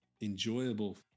enjoyable